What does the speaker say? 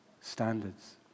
standards